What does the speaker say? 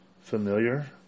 familiar